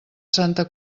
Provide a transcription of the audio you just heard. santa